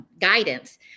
guidance